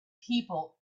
people